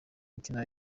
ukinira